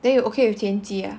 then you okay with 田鸡 ah